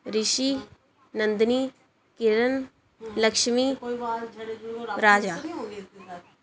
Rishi Nandini Kiran Lakshmi Raja